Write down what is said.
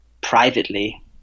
privately